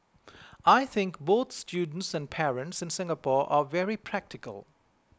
I think both students and parents in Singapore are very practical